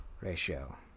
ratio